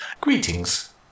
Greetings